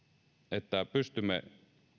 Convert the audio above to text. että pystymme